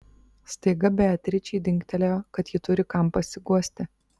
staiga beatričei dingtelėjo kad ji turi kam pasiguosti